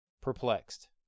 perplexed